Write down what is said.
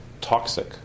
toxic